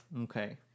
Okay